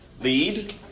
Lead